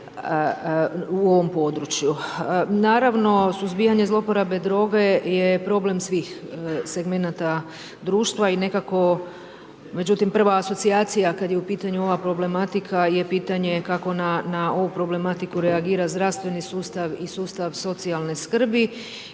u ovom području. Naravno suzbijanje zloporabe droge je problem svih segmenata društva i nekako međutim prva asocijacija kad je u pitanju ova problematika je pitanje kako na ovu problematiku reagira zdravstveni sustav i sustav socijalne skrbi